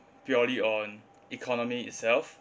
purely on economy itself